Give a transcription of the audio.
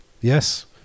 yes